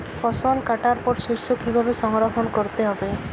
ফসল কাটার পর শস্য কীভাবে সংরক্ষণ করতে হবে?